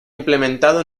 implementado